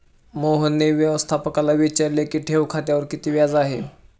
मोहनने व्यवस्थापकाला विचारले की ठेव खात्यावर किती व्याज आहे?